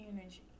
energy